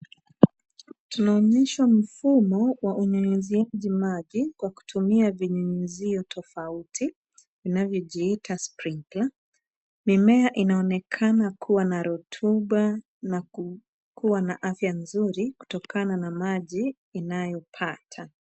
Tunaonyeshwa mfumo wa unyunyiziaji maji, kwa kutumia vinyunyizio tofauti, vinavyojiita sprinkler . Mimea inaonekana kuwa na rutuba na kukuwa na afya nzuri kutokana na maji inayopata.